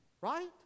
right